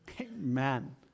Amen